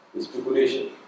speculation